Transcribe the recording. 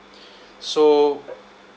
so